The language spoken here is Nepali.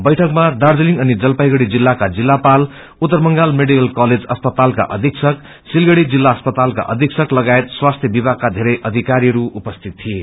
बैठकमा दार्जीलिङ अनि जलाईगुडी जिल्लाका जिल्लापल उत्तर बंगाल मेडिकल कलेज अस्पतालका अपीक्षक सिलगड़ी जिल्ला अस्पतालको अपीक्षक तगायत स्वास्थ्य विभागका धेरै अकिारीहरू उपस्यित यिए